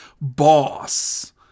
boss